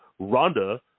Rhonda